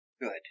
Good